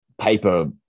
paper